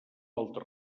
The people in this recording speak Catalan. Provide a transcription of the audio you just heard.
altre